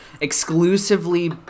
exclusively